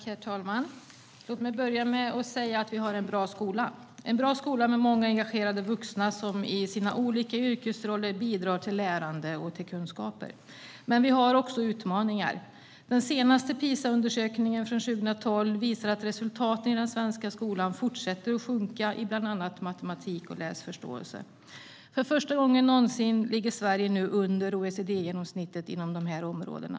Herr talman! Låt mig börja med att säga att vi har en bra skola. Vi har en bra skola med många engagerade vuxna som i sina olika yrkesroller bidrar till lärande och kunskaper. Vi har dock även utmaningar. Den senaste PISA-undersökningen, från 2012, visar att resultaten i den svenska skolan fortsätter att sjunka i bland annat matematik och läsförståelse. För första gången någonsin ligger Sverige nu under OECD-genomsnittet på dessa områden.